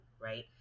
right